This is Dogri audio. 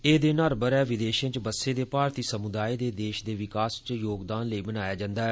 एह् दिन हर ब'रे विदेशें च बसे दे भारतीय समुदाय दे देश दे विकास च योगदान लेई मनाया जंदा ऐ